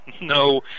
No